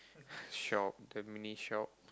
shop the mini shop